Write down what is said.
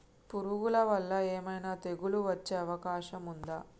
పురుగుల వల్ల ఏమైనా తెగులు వచ్చే అవకాశం ఉందా?